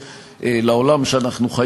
הרי בדיוק את זה אנחנו באים